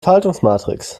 faltungsmatrix